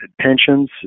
pensions